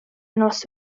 nos